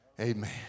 Amen